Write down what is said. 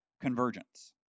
convergence